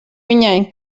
viņai